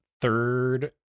third